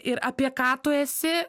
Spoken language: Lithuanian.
ir apie ką tu esi